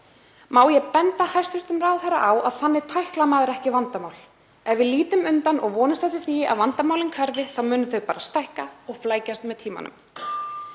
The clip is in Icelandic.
Má ég benda hæstv. ráðherra á að þannig tæklar maður ekki vandamál. Ef við lítum undan og vonumst eftir því að vandamálin hverfi, þá munu þau stækka og flækjast með tímanum.